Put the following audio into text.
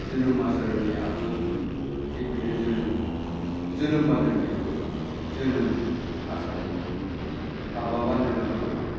जोनोमा सोरनिआबो थिग बेनो जोनोम जोनोम बान्दोनिआबो जोनोम आसार दङ हाबा बान्दोनाबो